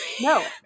no